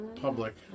public